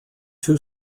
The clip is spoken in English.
two